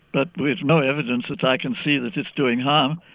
but we've no evidence that i can see that it's doing harm,